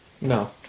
No